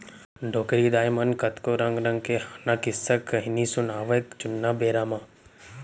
डोकरी दाइ मन कतको रंग रंग के हाना, किस्सा, कहिनी सुनावयँ जुन्ना बेरा म